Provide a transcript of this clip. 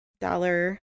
dollar